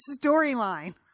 storyline